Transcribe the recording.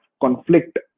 conflict